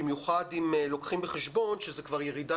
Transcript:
במיוחד אם לוקחים בחשבון שזו כבר ירידה